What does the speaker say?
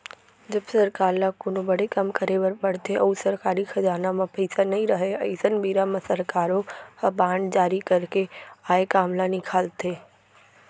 जब सरकार ल कोनो बड़े काम करे बर परथे अउ सरकारी खजाना म पइसा नइ रहय अइसन बेरा म सरकारो ह बांड जारी करके आए काम ल निकालथे